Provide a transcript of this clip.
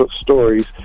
stories